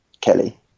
Kelly